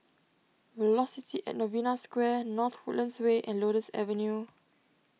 Velocity at Novena Square North Woodlands Way and Lotus Avenue